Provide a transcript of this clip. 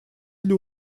для